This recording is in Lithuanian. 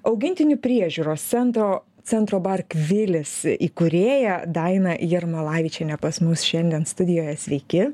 augintinių priežiūros centro centro barkvilis įkūrėja daina jarmalavičienė pas mus šiandien studijoje sveiki